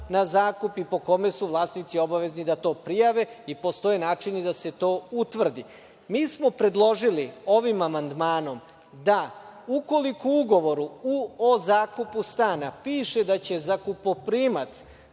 na zakup i po kome su vlasnici obavezni da to prijave i postoje načini da se to utvrdi. Predložili smo ovim amandmanom da ukoliko u ugovoru o zakupu stana piše da će zakupoprimac